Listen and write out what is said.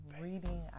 reading